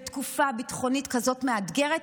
בתקופה ביטחונית כזאת מאתגרת?